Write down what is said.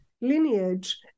lineage